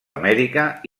amèrica